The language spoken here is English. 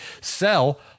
sell